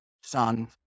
Son